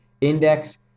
Index